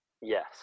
Yes